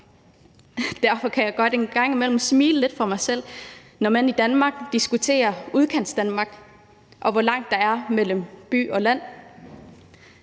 Derfor kan jeg godt en gang imellem smile lidt for mig selv, når man i Danmark diskuterer Udkantsdanmark, og hvor langt der er mellem by og land.